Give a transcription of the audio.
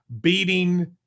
beating